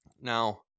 Now